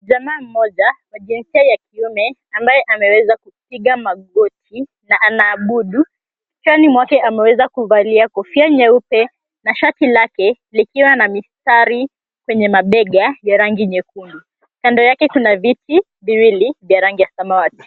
Kijana mmoja wa jinsia ya kiume ambaye ameweza kupiga magoti na anaabudu. Kichwani mwake ameweza kuvalia kofia nyeupe na shati lake likiwa na mistari kwenye mabega ya rangi nyekundu. Kando yake kuna viti viwili vya rangi ya samawati.